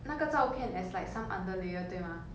那个照片 as like some under layer 对吗